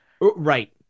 Right